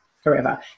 forever